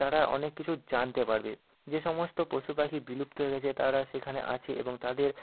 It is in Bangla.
তারা অনেক কিছু জানতে পারবে যে সমস্ত পশুপাখি বিলুপ্ত হয়ে গেছে তারা সেখানে আছে এবং তাদের